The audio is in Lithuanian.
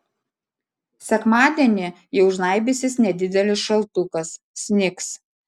sekmadienį jau žnaibysis nedidelis šaltukas snigs